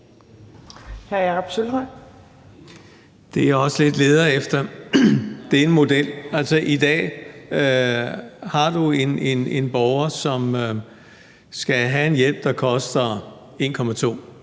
Det, jeg også lidt leder efter, er en model. Hvis du i dag har en borger, som skal have en hjælp, der koster 1,2